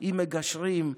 עם מגשרים,